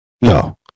No